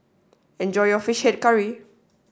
enjoy your fish head curry